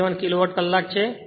17 kilowatt કલાક છે